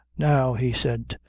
now, he said,